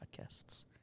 podcasts